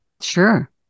Sure